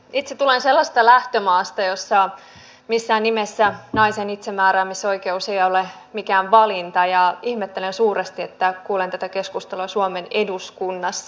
itse tulen sellaisesta lähtömaasta jossa missään nimessä naisen itsemääräämisoikeus ei ole mikään valinta ja ihmettelen suuresti että kuulen tätä keskustelua suomen eduskunnassa